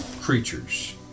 creatures